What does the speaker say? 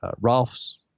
Ralph's